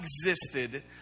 existed